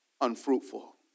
unfruitful